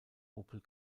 opel